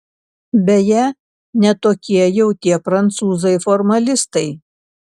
beje ne tokie jau tie prancūzai formalistai